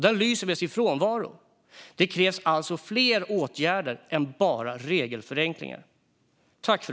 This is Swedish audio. Den lyser med sin frånvaro. Det krävs alltså fler åtgärder än bara regelförenklingar.